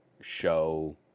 show